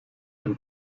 ein